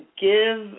give